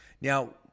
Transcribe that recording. Now